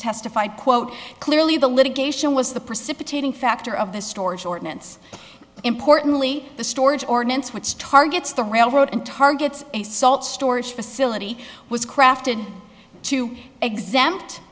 testified quote clearly the litigation was the precipitating factor of the storage ordinance importantly the storage ordinance which targets the railroad and targets a salt storage facility was crafted to exempt